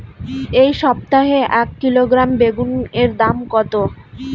এই সপ্তাহে এক কিলোগ্রাম বেগুন এর দাম কত?